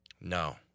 No